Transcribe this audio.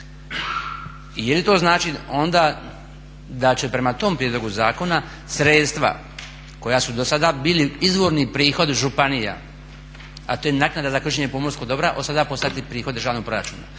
je li to znači onda da će prema tom prijedlogu zakona sredstava koja su dosada bili izvorni prihod županija a to je naknada za korištenje pomorskog dobra od sada postati prihod državnog proračuna